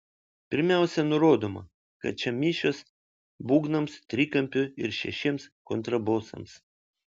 pirmiausia nurodoma kad čia mišios būgnams trikampiui ir šešiems kontrabosams